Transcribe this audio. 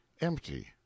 empty